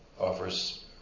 offers